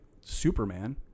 Superman